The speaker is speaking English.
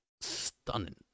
stunning